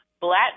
Black